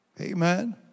Amen